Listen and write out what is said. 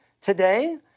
today